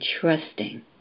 trusting